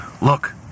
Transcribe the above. Look